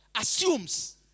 assumes